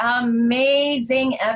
Amazing